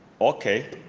Okay